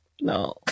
no